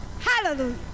Hallelujah